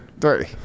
Three